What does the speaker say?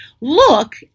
look